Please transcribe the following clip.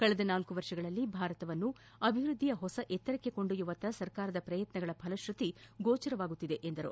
ಕಳೆದ ನಾಲ್ಲು ವರ್ಷಗಳಲ್ಲಿ ಭಾರತವನ್ನು ಅಭಿವೃದ್ದಿಯ ಹೊಸ ಎತ್ತರಕ್ಷೆ ಕೊಂಡೊಯ್ಲುವತ್ತ ಸರ್ಕಾರದ ಪ್ರಯತ್ನಗಳ ಫಲಶ್ಸುತಿ ಗೋಚರವಾಗುತ್ತಿದೆ ಎಂದರು